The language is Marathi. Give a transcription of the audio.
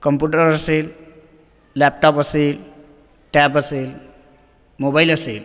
कम्प्युटर असेल लॅपटॉप असेल टॅब असेल मोबाइल असेल